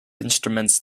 instruments